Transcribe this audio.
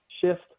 shift